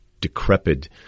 decrepit